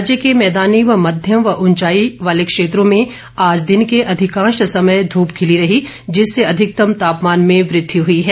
राज्य के भैदानी व मध्यम व उंचाई क्षेत्रों में आज दिन के अधिकांश समय ध्रप खिली रही जिससे अधिकतम तापमान में वृद्धि हुई है